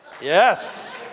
Yes